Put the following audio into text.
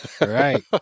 Right